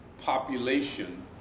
population